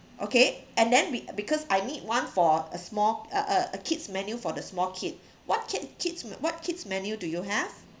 okay and then we because I need one for a small a a a kid's menu for the small kid what kid kids what kids menu do you have